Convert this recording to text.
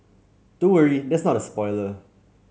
don't worry that's not a spoiler